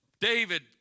David